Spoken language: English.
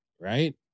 Right